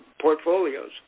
portfolios